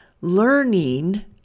learning